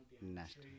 nasty